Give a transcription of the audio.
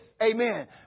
Amen